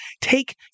take